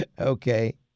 Okay